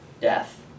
death